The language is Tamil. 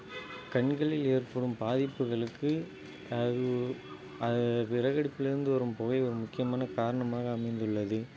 கண்களில் ஏற்படும் பாதிப்புகளுக்கு அது ஒ விறகடுப்பிலிருந்து வரும் புகை ஒரு முக்கியமான காரணமாக அமைந்துள்ளது